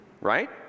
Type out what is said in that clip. Right